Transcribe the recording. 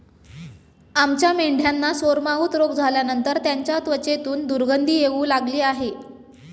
आमच्या मेंढ्यांना सोरमाउथ रोग झाल्यानंतर त्यांच्या त्वचेतून दुर्गंधी येऊ लागली आहे